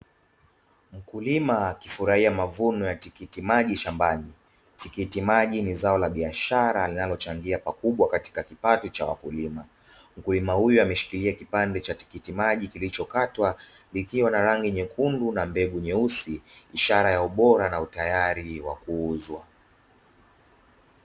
Mkulima akifurahia mavuno ya tikiti maji shambani. Tikiti maji ni zao la biashara linalochangia pakubwa katika kipato cha wakulima. Mkulima huyo ameshikilia kipande cha tikiti maji kilichokatwa, likiwa na rangi nyekundu na mbegu nyeusi, ishara ya ubora na utayari wa kuuzwa.